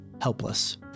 helpless